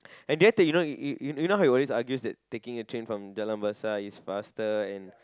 and then to you know how you always argues that taking a train from Jalan-Besar is faster and